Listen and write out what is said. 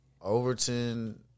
Overton